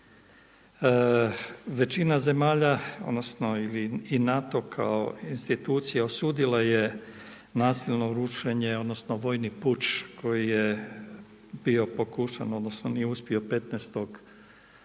Većina zemalja, odnosno ili i NATO kao institucija osudila je nasilno rušenje, odnosno vojni puč koji je bio pokušan, odnosno nije uspio 15. lipnja